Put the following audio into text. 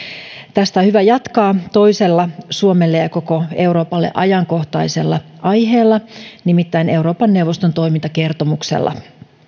tästä on hyvä jatkaa toisella suomelle ja ja koko euroopalle ajankohtaisella aiheella nimittäin euroopan neuvoston toimintakertomuksella